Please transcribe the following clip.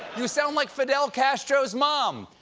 you sound like fidel castro's mom.